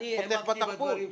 שחותך בתרבות.